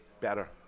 Better